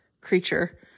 creature